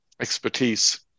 expertise